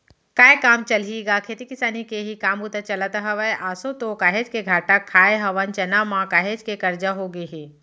काय काम चलही गा खेती किसानी के ही काम बूता चलत हवय, आसो तो काहेच के घाटा खाय हवन चना म, काहेच के करजा होगे हे